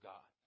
God